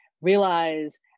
realize